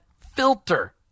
filter